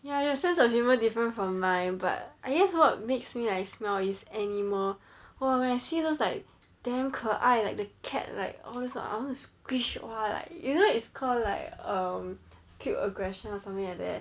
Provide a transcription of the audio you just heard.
ya your sense of humour different from mine but I guess what makes me like smile is animal !wah! when I see those like damn 可爱 like the cat like all this I want to squish !wah! like you know it's called like um cute aggression or something like that